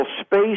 space